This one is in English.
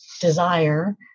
desire